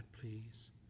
please